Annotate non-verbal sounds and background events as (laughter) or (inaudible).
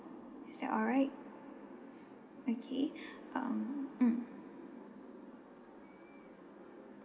is that all right okay (breath) um mm